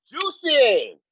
juicy